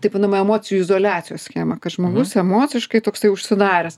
taip vadinamą emocijų izoliacijos schemą kad žmogus emociškai toksai užsidaręs